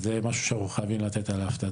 זה משהו שאנחנו חייבים לתת עליו את הדעת.